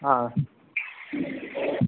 ಹಾಂ